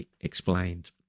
explained